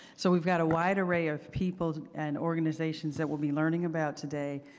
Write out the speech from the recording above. so we've got a wide array of people and organizations that we'll be learning about today,